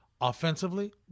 offensively